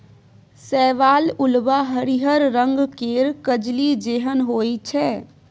शैवाल उल्वा हरिहर रंग केर कजली जेहन होइ छै